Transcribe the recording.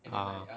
ah